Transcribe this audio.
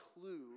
clue